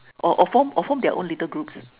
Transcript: or or form form their own little groups